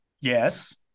Yes